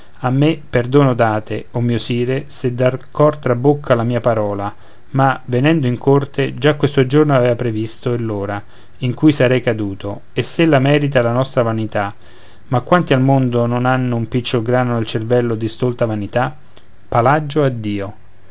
a me perdono date o mio sire se dal cor trabocca la mia parola ma venendo in corte già questo giorno avea previsto e l'ora in cui sarei caduto e se la merita la nostra vanità ma quanti al mondo non hanno un picciol grano nel cervello di stolta vanità palagio addio